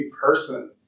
person